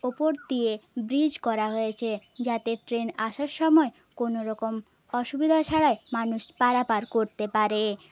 ওপর দিয়ে ব্রিজ করা হয়েছে যাতে ট্রেন আসার সময় কোনোরকম অসুবিধা ছাড়াই মানুষ পারাপার করতে পারে